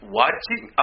watching